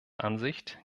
ansicht